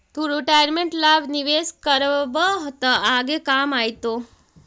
तु रिटायरमेंट ला निवेश करबअ त आगे काम आएतो